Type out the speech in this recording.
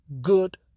good